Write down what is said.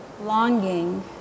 longing